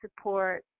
support